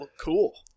cool